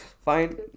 Fine